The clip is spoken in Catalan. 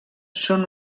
són